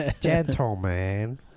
Gentleman